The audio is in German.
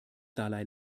dalai